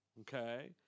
Okay